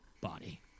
body